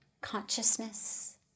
consciousness